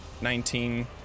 nineteen